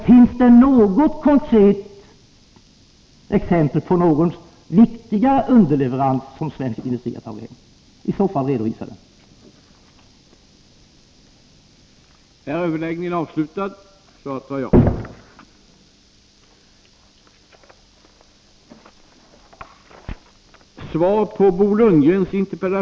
Finns det något konkret exempel på någon viktigare underleverans som svensk industri har tagit hem? Redovisa det i så fall!